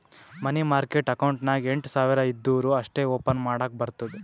ಮನಿ market account ನಾಗ್ ಎಂಟ್ ಸಾವಿರ್ ಇದ್ದೂರ ಅಷ್ಟೇ ಓಪನ್ ಮಾಡಕ್ ಬರ್ತುದ